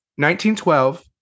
1912